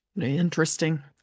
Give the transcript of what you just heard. Interesting